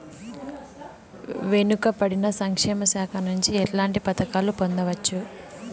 వెనుక పడిన సంక్షేమ శాఖ నుంచి ఎట్లాంటి పథకాలు పొందవచ్చు?